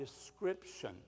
description